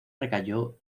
recayó